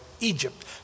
Egypt